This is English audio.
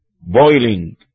Boiling